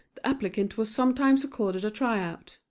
the applicant was sometimes accorded a tryout.